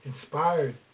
inspired